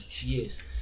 Yes